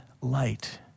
light